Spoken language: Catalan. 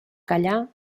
callar